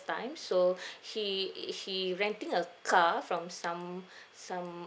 time so he he renting a car from some some